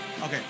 Okay